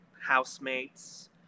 housemates